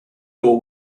door